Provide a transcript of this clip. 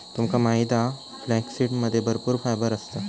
तुमका माहित हा फ्लॅक्ससीडमध्ये भरपूर फायबर असता